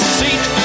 seat